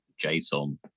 JSON